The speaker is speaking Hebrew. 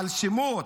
על שמות,